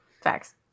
facts